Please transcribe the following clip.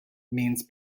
means